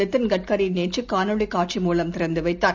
நிதின் கட்கரிநேற்றுகாணொளிகாட்சி மூலம் திறந்துவைத்தார்